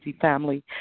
family